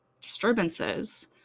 disturbances